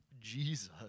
Jesus